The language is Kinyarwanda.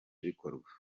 bikorwa